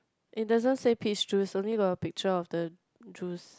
it doesn't say peach juice only got a picture of the juice